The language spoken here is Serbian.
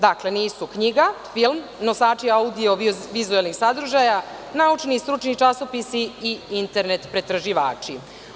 Dakle, nisu knjiga, film, nosači audio-vizuelnih sadržaja, naučni i stručni časopisi i internet pretraživači.